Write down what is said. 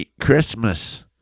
Christmas